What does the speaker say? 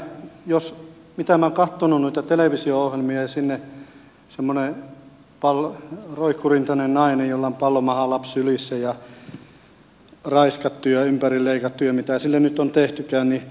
mitä minä olen katsonut noita televisio ohjelmia ja siellä on semmoinen roikkurintainen nainen jolla on pallomahalapsi sylissä ja joka on raiskattu ja ympärileikattu ja mitä sille nyt on tehtykään niin tervetuloa tänne näin